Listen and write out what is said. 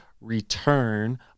return